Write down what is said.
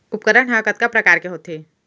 उपकरण हा कतका प्रकार के होथे?